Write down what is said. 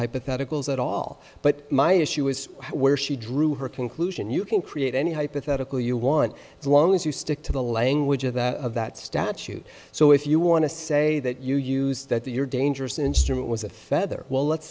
hypotheticals at all but my issue is where she drew her conclusion you can create any hypothetical you want as long as you stick to the language of that of that statute so if you want to say that you use that you're dangerous instrument was a feather well let's